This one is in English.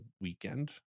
weekend